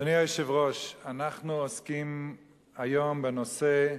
אדוני היושב-ראש, אנחנו עוסקים היום בנושא,